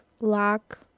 lock